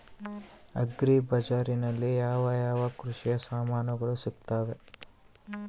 Agri ಬಜಾರಿನಲ್ಲಿ ಯಾವ ಯಾವ ಕೃಷಿಯ ಸಾಮಾನುಗಳು ಸಿಗುತ್ತವೆ?